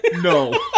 no